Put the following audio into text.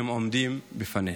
שהם עומדים בפניהם.